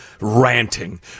ranting